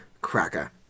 cracker